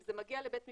אם זה מגיע לבית משפט,